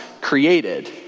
created